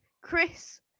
Chris